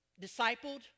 discipled